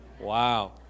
Wow